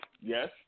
Yes